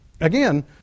again